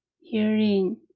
Hearing